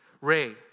Ray